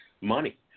money